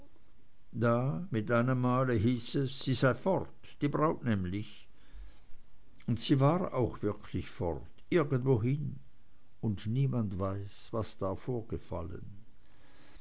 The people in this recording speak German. da mit einemmal hieß es sie sei fort die braut nämlich und sie war auch wirklich fort irgendwohin und niemand weiß was da vorgefallen